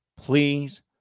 Please